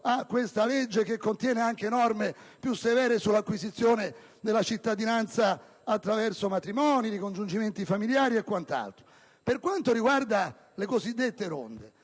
di legge che contiene norme più severe sull'acquisizione della cittadinanza attraverso matrimoni, ricongiungimenti familiari e quant'altro. Per quanto riguarda le cosiddette ronde,